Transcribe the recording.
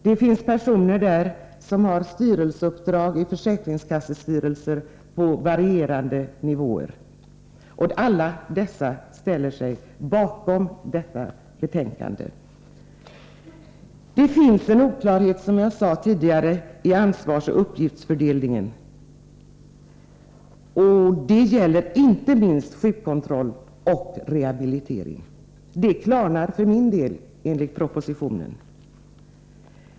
Det finns personer som har uppdrag i försäkringskassestyrelser på varierande nivåer. Alla dessa ställer sig bakom utskottets hemställan i detta betänkande. Det finns, som jag sade tidigare, en oklarhet beträffande ansvarsoch uppgiftsfördelning. Det gäller inte minst sjukkontroll och rehabilitering. Det klarnar för min del i och med att jag läst propositionen.